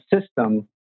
system